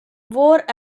wore